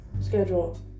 schedule